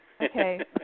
Okay